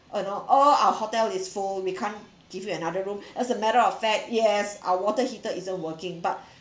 uh no all our hotel is full we can't give you another room as a matter of fact yes our water heater isn't working but